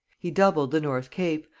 he doubled the north cape,